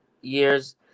years